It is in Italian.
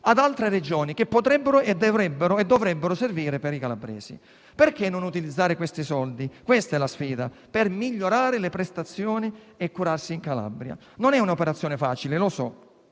ad altre Regioni, che potrebbero e dovrebbero servire per i calabresi. Perché non utilizzare questi soldi (ecco la sfida) per migliorare le prestazioni e curarsi in Calabria? Non è un'operazione facile, lo so: